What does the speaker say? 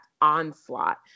onslaught